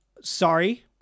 sorry